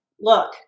look